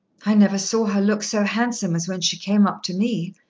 i never saw her look so handsome as when she came up to me,